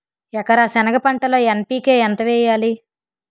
ఎకర సెనగ పంటలో ఎన్.పి.కె ఎంత వేయాలి?